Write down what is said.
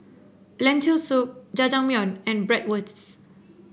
Lentil Soup Jajangmyeon and Bratwurst